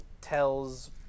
tells